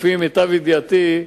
לפי מיטב ידיעתי,